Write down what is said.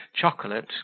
chocolate